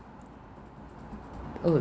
oh